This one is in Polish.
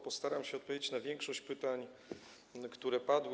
Postaram się odpowiedzieć na większość pytań, które padły.